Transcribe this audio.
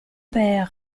père